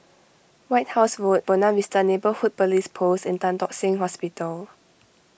White House Road Buona Vista Neighbourhood Police Post and Tan Tock Seng Hospital